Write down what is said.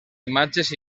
imatges